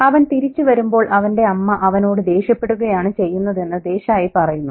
അവൻ തിരിച്ചു വരുമ്പോൾ അവന്റെ അമ്മ അവനോടു ദേഷ്യപ്പെടുകയാണ് ചെയ്യുന്നതെന്ന് ദേശായി പറയുന്നു